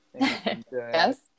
Yes